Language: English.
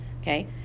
okay